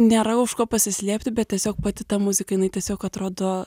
nėra už ko pasislėpti bet tiesiog pati ta muzika jinai tiesiog atrodo